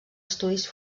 estudis